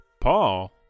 Paul